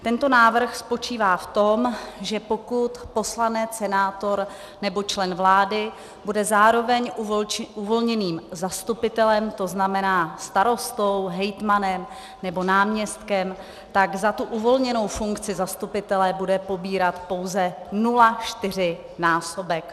Tento návrh spočívá v tom, že pokud poslanec, senátor nebo člen vlády bude zároveň uvolněným zastupitelem, to znamená starostou, hejtmanem nebo náměstkem, tak za tu uvolněnou funkci zastupitele bude pobírat pouze 0,4násobek.